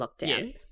lockdown